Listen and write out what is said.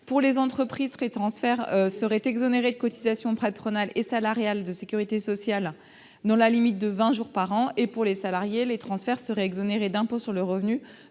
Pour les entreprises, ces transferts seraient exonérés de cotisations patronales et salariales de sécurité sociale dans la limite de vingt jours par an et, pour les salariés, ils seraient exonérés d'impôt sur le revenu